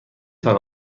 تان